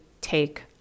take